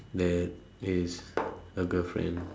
that is a girlfriend